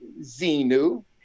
zenu